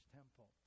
temple